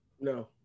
No